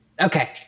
Okay